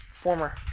Former